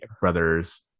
brother's